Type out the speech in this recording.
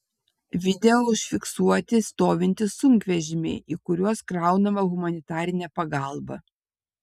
video užfiksuoti stovintys sunkvežimiai į kuriuos kraunama humanitarinė pagalba